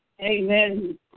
amen